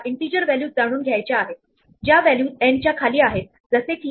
pop असे म्हणायचे आहे जिथे s ही लिस्ट आहे आणि आपल्याला आपल्या स्टॅक कडून अपेक्षित असलेले वर्तन मिळते